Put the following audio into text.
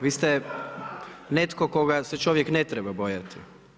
Vi ste netko koga se čovjek ne treba bojati.